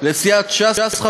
לסיעת ש"ס,